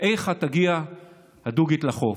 איכה תגיע הדוגית לחוף?"